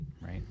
right